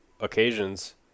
occasions